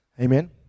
Amen